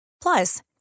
Plus